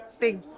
big